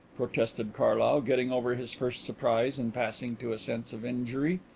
protested carlyle, getting over his first surprise and passing to a sense of injury.